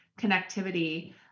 connectivity